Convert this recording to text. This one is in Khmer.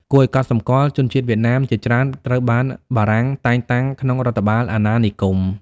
គួរឱ្យកត់សម្គាល់ ជនជាតិវៀតណាមជាច្រើនត្រូវបានបារាំងតែងតាំងក្នុងរដ្ឋបាលអាណានិគម។